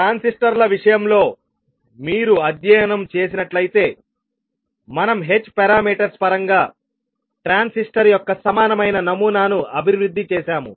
ట్రాన్సిస్టర్ల విషయంలో మీరు అధ్యయనం చేసినట్లయితే మనం h పారామీటర్స్ పరంగా ట్రాన్సిస్టర్ యొక్క సమానమైన నమూనాను అభివృద్ధి చేసాము